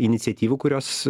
iniciatyvų kurios